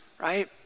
right